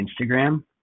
Instagram